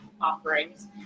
offerings